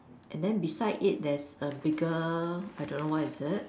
and then beside it there's a bigger I don't know what is it